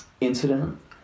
incident